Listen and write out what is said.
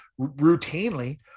routinely